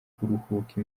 kuruhuka